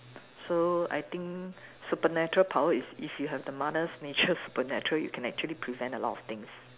so I think supernatural power is if you have the mother nature's supernatural you can actually prevent a lot of things